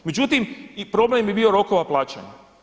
Međutim i problem bi bio rokova plaćanja.